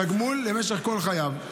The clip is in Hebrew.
תגמול, למשך כל חייו.